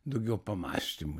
daugiau pamąstymų